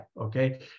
okay